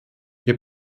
wir